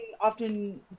often